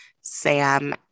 Sam